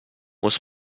muss